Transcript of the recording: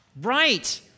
Right